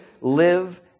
live